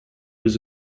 was